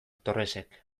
torresek